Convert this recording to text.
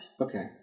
Okay